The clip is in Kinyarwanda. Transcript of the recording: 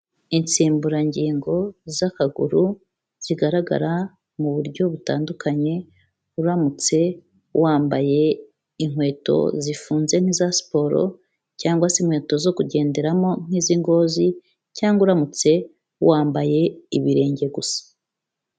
Insimburangingo z'akaguru zigaragara mu buryo butandukanye, uramutse wambaye inkweto zifunze nk'iza siporo cyangwa se inkweto zo kugenderamo nk'iz'ingozi cyangwa uramutse wambaye ibirenge gusa.